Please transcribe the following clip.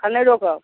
एखन नहि रोकब